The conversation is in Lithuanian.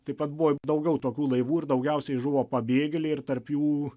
taip pat buvo daugiau tokių laivų ir daugiausiai žuvo pabėgėliai ir tarp jų